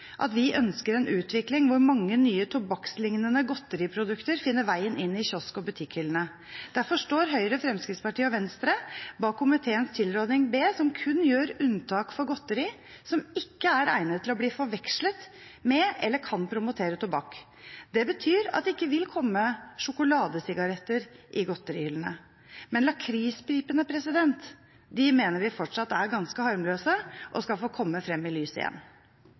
at vi ønsker en utvikling der mange nye tobakklignende godteriprodukter finner veien inn i kiosk- og butikkhyllene. Derfor står Høyre, Fremskrittspartiet og Venstre bak komiteens tilråding B, som kun gjør unntak for godteri som ikke er egnet til å bli forvekslet med eller kan promotere tobakk. Det betyr at det ikke vil komme sjokoladesigaretter i godterihyllene. Men lakrispipene mener vi fortsatt er ganske harmløse og skal få komme frem i lyset igjen.